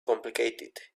complicated